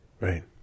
right